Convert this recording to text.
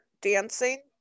dancing